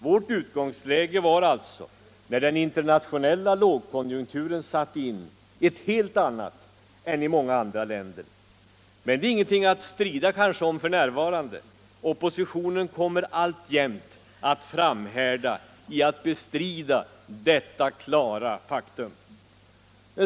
Vårt utgångsläge var alltså, när den internationella lågkonjunkturen satte in, ett helt annat än många andra länders. Men det är kanske ing enting att strida om f. n. Oppositionen kommer alltjämt att framhärda i att förneka detta klara faktum.